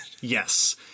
Yes